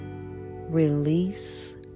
Release